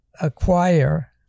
acquire